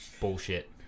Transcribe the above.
bullshit